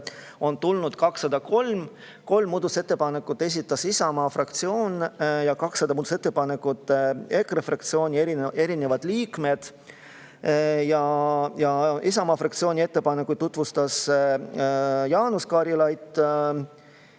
tulnud 203. Kolm muudatusettepanekut esitas Isamaa fraktsioon ja 200 muudatusettepanekut EKRE fraktsiooni liikmed. Isamaa fraktsiooni ettepanekuid tutvustas Jaanus Karilaid.